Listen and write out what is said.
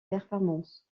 performances